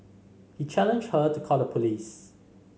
he challenged her to call the police